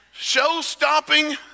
Show-stopping